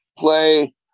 play